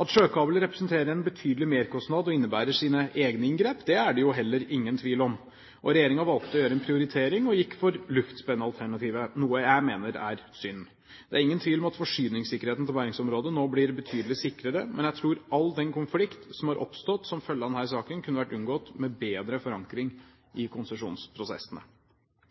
At sjøkabel representerer en betydelig merkostnad og innebærer sine egne inngrep, er det jo heller ingen tvil om. Regjeringen valgte å gjøre en prioritering og gikk for luftspennalternativet, noe jeg mener er synd. Det er ingen tvil om at forsyningssikkerheten til bergensområdet nå blir betydelig sikrere, men jeg tror all den konflikt som har oppstått som følge av denne saken, kunne vært unngått med bedre forankring i konsesjonsprosessene.